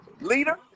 leader